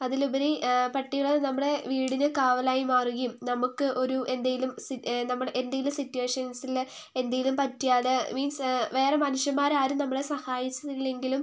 അതിലുപരി പട്ടികള് നമ്മുടെ വീടിനു കാവലായി മാറുകയും നമുക്ക് ഒരു എന്തേലും നമ്മുടെ എന്തേലും സിറ്റുവേഷൻസില് എന്തേലും പറ്റിയാല് മീൻസ് വേറെ മനുഷ്യൻമാരാരും നമ്മളെ സഹായിച്ചില്ലെങ്കിലും